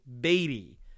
Beatty